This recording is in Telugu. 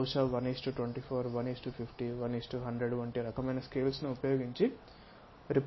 బహుశా 124 150 1100 వంటి రకమైన స్కేల్స్ ను ఉపయోగించి రెప్రెసెంట్ చేయాలనుకుంటున్నాము